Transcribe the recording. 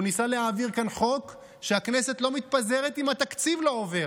הוא ניסה להעביר כאן חוק שהכנסת לא מתפזרת אם התקציב לא עובר.